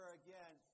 again